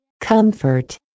Comfort